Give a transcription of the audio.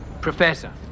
Professor